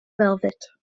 velvet